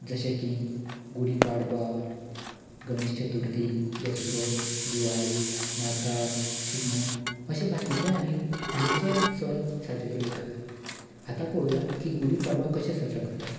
जशे की गुडीपाडवा गणेश चतुर्थी दसरो दिवाळी नाताळ शिगमो अशे बाकीचेय आनीचेय सण साजरे केले वयता आतां पळोवया गुडीपाडवा कसो साजरा केलो वयता ते